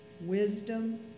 wisdom